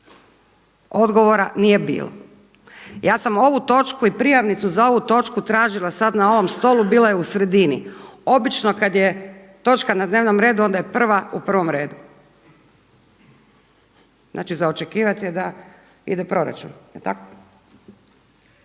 Odgovora nije bilo. Ja sam ovo točku i prijavnicu za ovu točku tražila sad na ovom stolu, bila je u sredini. Obično kad je točka na dnevnom redu onda je prva u prvom redu. Znači za očekivati je da ide proračun